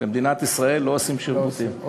במדינת ישראל לא עושים שיבוטים.